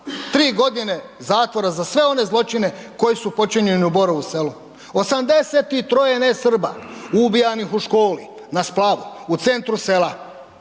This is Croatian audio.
tri godine zatvora za sve one zločine koji su počinjeni u Borovu selu, 83-je nesrba ubijanih u školi, na splavu, u centru Sela,